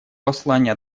послание